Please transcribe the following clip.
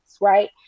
right